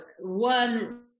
one